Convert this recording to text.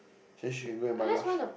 then she can go and buy Lush